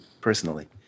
personally